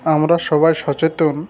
আমরা সবাই সচেতন